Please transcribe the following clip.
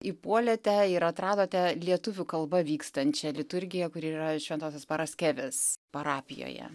įpuolėte ir atradote lietuvių kalba vykstančią liturgiją kuri yra šventosios paraskevės parapijoje